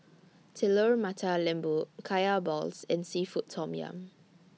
Telur Mata Lembu Kaya Balls and Seafood Tom Yum